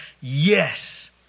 Yes